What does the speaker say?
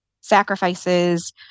sacrifices